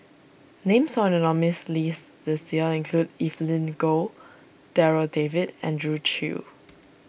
names found in the nominees' list this year include Evelyn Goh Darryl David Andrew Chew